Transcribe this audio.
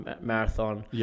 marathon